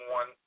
one